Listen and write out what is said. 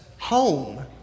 home